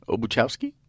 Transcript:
Obuchowski